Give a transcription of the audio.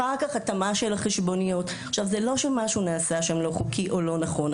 אחר כך התאמה של החשבוניות - זה לא שנעשה שם משהו לא חוקי או לא נכון,